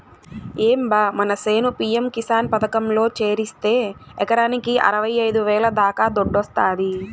ఏం బా మన చేను పి.యం కిసాన్ పథకంలో చేరిస్తే ఎకరాకి అరవైఐదు వేల దాకా దుడ్డొస్తాది